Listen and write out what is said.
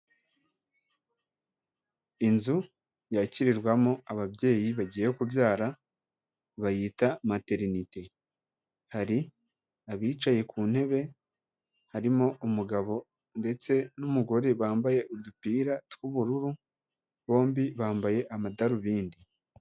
Inzu yakirirwamo ababyeyi bagiye kubyara bayita materiniti, hari abicaye ku ntebe harimo umugabo ndetse n'umugore bambaye udupira tw'ubururu, bombi bambaye amadarubindi.